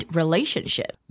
relationship